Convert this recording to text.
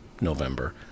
November